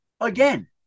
again